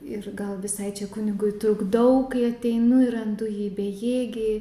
ir gal visai čia kunigui trukdau kai ateinu ir randu jį bejėgį